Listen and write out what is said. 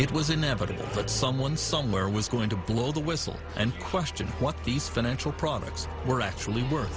it was inevitable that someone somewhere was going to blow the whistle and question what these financial products were actually wor